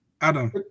Adam